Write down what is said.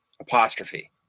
Apostrophe